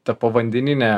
ta povandeninė